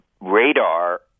radar